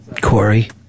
Corey